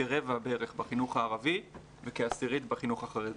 כרבע בחינוך הערבי וכעשירית בחינוך החרדי.